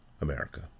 America